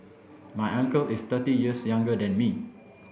my uncle is thirty years younger than me